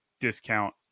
discount